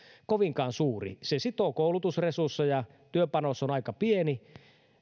kovinkaan suuri se sitoo koulutusresursseja työpanos on aika pieni